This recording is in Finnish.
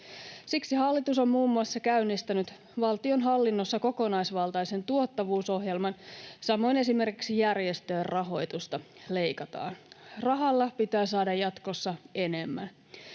Siksi hallitus on muun muassa käynnistänyt valtionhallinnossa kokonaisvaltaisen tuottavuusohjelman, samoin esimerkiksi järjestöjen rahoitusta leikataan. Rahalla pitää saada jatkossa enemmän.